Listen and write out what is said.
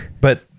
But-